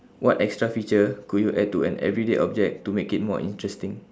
what extra feature could you add to an everyday object to make it more interesting